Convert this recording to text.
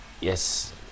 Yes